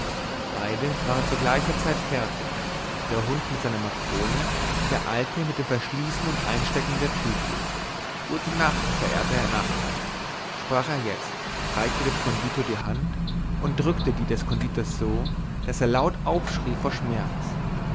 beide waren zu gleicher zeit fertig der hund mit seiner makrone der alte mit dem verschließen und einstecken seiner tüte gute nacht verehrter herr nachbar sprach er jetzt reichte dem konditor die hand und drückte die des konditors so daß er laut aufschrie vor schmerz